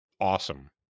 awesome